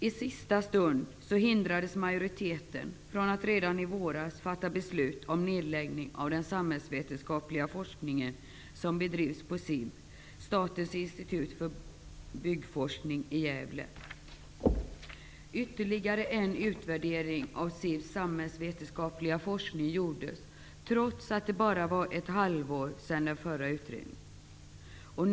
I sista stund hindrades majoriteten från att redan i våras fatta beslut om nedläggning av den samhällsvetenskapliga forskning som bedrivs på Ytterligare en utvärdering av SIB:s samhällsvetenskapliga forskning gjordes, trots att det bara var ett halvår sedan den förra utredningen gjorts.